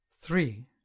three